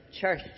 church